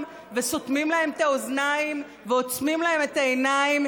וסותמים להם את האוזניים ועוצמים להם את העיניים,